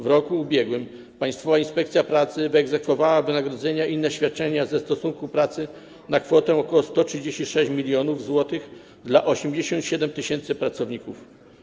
W roku ubiegłym Państwowa Inspekcja Pracy wyegzekwowała wynagrodzenia i inne świadczenia ze stosunku pracy na kwotę ok. 136 mln zł dla 87 tys. pracowników.